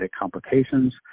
complications